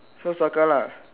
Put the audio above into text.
so circle lah